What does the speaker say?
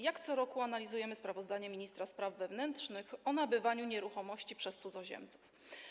Jak co roku analizujemy sprawozdanie ministra spraw wewnętrznych o nabywaniu nieruchomości przez cudzoziemców.